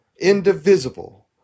indivisible